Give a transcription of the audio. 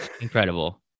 Incredible